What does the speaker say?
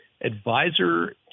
advisor